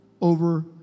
over